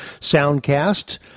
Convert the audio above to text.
soundcast